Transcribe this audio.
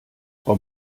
frau